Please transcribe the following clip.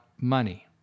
money